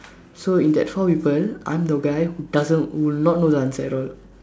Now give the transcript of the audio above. so in that four people I'm the guy who doesn't know the answer at all